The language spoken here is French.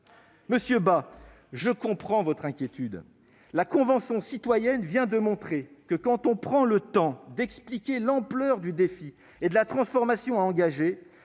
France ? Je comprends votre inquiétude. La Convention citoyenne vient de montrer que quand on prend le temps d'expliquer l'ampleur du défi et de la transformation à engager,